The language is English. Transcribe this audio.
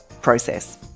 process